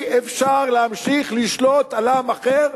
אי-אפשר להמשיך לשלוט על עם אחר,